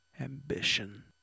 Ambition